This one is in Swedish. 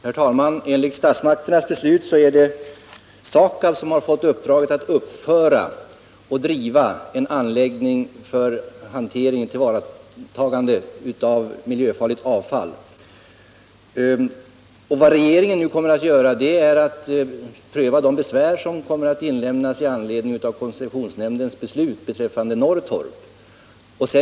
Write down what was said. Herr talman! Enligt statsmakternas beslut har SAKAB fått i uppdrag att uppföra och driva en anläggning för tillvaratagande av miljöfarligt avfall. Vad regeringen nu kommer att göra är att pröva de besvär som kommer att inlämnas med anledning av koncessionsnämndens beslut beträffande Norrtorp.